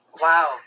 Wow